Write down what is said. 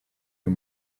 you